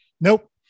nope